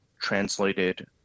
translated